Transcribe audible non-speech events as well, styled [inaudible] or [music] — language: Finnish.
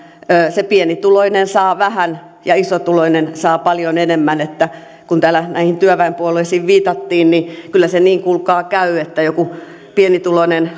se pienituloinen saa vähän ja isotuloinen saa paljon enemmän eli kun täällä näihin työväenpuolueisiin viitattiin niin kyllä se niin kuulkaa käy että joku pienituloinen [unintelligible]